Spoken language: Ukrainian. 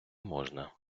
можна